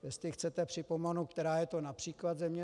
Jestli chcete, připomenu, která je to například země.